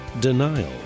denial